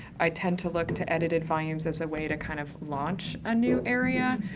i tend to look to edited volumes as a way to kind of launch a new area,